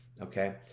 okay